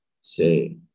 say